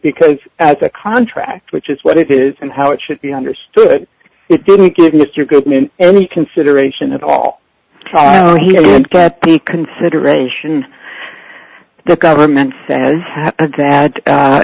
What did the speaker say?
because as a contract which is what it is and how it should be understood it didn't give mr goodman any consideration at all he would get the consideration the government says that